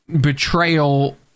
betrayal